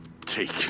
Take